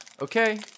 okay